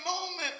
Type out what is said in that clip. moment